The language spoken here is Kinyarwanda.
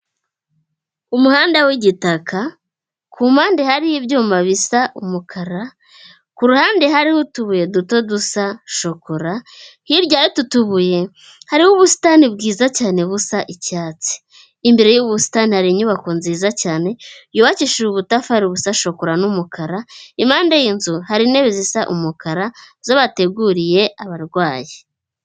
Umuhanda w'igitaka kumpande, hariho ibyuma bisa umukara, kuruhande hariho utubuye duto dusa shokora, hirya y'utubuye hariho ubusitani bwiza cyane busa icyatsi, imbere y'ubusitani hari inyubako nziza cyane yubakishije ubutafari busa shokora n'umukara, impande yinzu hari intebe zisa umukara zo bateguriye abarwayi.